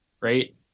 right